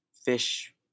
fish